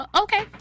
Okay